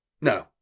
No